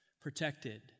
protected